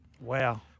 Wow